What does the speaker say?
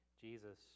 Jesus